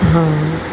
हा